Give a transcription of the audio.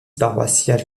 paroissiale